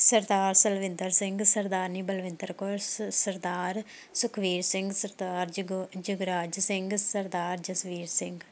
ਸਰਦਾਰ ਸਲਵਿੰਦਰ ਸਿੰਘ ਸਰਦਾਰਨੀ ਬਲਵਿੰਦਰ ਕੌਰ ਸ ਸਰਦਾਰ ਸੁਖਬੀਰ ਸਿੰਘ ਸਰਦਾਰ ਜਗ ਜਗਰਾਜ ਸਿੰਘ ਸਰਦਾਰ ਜਸਵੀਰ ਸਿੰਘ